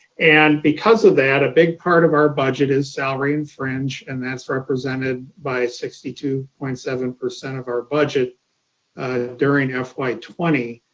and because of that, a big part of our budget is salary and fringe. and that's represented by sixty two point seven of our budget ah during ah fy twenty.